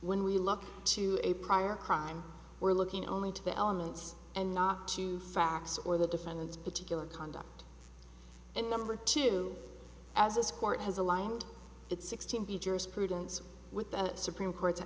when we look to a prior crime we're looking only to the elements and not to facts or the defendant's particular conduct and number two as this court has aligned its sixteen b jurisprudence with the supreme court